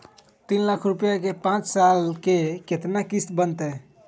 तीन लाख रुपया के पाँच साल के केतना किस्त बनतै?